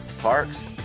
Parks